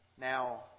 Now